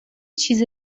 چیز